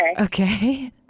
Okay